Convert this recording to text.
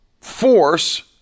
force